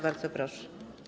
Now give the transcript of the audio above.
Bardzo proszę.